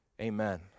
Amen